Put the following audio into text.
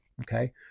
Okay